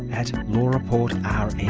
at lawreportrn.